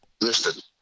Listen